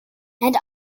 and